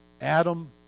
Adam